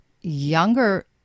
younger